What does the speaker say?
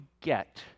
get